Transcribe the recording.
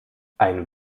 ein